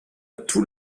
tout